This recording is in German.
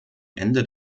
ende